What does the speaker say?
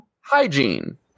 hygiene